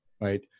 Right